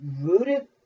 rooted